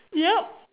ya